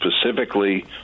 specifically